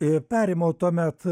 ir perimu tuomet